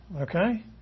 okay